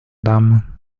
dames